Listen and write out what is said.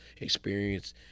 experience